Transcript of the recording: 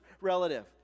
relative